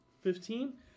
Fifteen